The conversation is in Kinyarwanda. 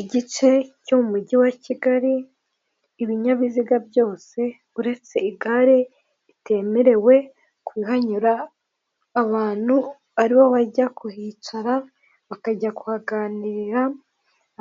Igice cyo mu mujyi wa Kigali ibinyabiziga byose uretse igare bitemerewe kuhanyura, abantu aribo bajya kuhicara, bakajya kuhaganirira,